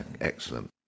Excellent